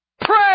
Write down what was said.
Pray